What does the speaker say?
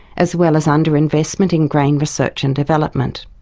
as well as under-investment in grain research and development.